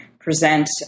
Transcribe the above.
present